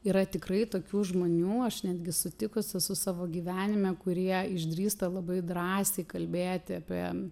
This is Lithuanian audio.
yra tikrai tokių žmonių aš netgi sutikus esu savo gyvenime kurie išdrįsta labai drąsiai kalbėti apie